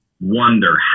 wonder